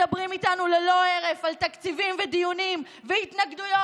מדברים איתנו ללא הרף על תקציבים ודיונים והתנגדויות,